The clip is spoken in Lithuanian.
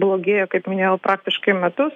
blogėjo kaip minėjau praktiškai metus